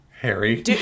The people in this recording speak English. Harry